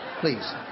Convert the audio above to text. please